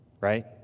right